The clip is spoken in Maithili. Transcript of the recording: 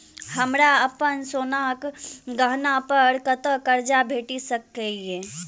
हमरा अप्पन सोनाक गहना पड़ कतऽ करजा भेटि सकैये?